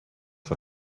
for